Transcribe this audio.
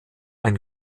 ein